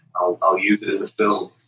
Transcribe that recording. i'll use it in a film.